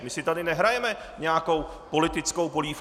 My si tady nehrajeme nějakou politickou polívku.